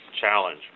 challenge